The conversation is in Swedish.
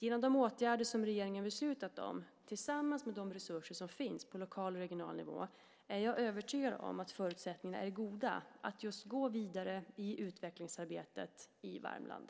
Genom de åtgärder som regeringen beslutat om, tillsammans med de resurser som finns på lokal och regional nivå, är jag övertygad om att förutsättningarna är goda för att gå vidare i utvecklingsarbetet i Värmland.